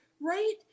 right